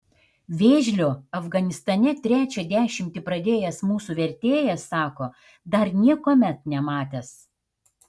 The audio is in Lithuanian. vėžlio afganistane trečią dešimtį pradėjęs mūsų vertėjas sako dar niekuomet nematęs